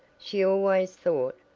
she always thought,